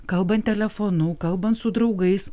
kalbant telefonu kalbant su draugais